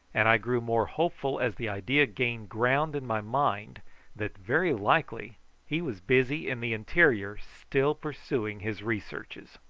and i grew more hopeful as the idea gained ground in my mind that very likely he was busy in the interior still pursuing his researches.